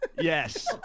Yes